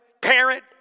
parent